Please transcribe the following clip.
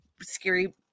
scary